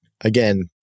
again